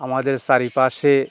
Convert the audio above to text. আমাদের চারিপাশে